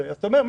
אבל אתה אומר,